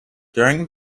during